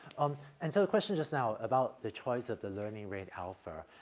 um and so the question just now about the choice of the learning rate alpha.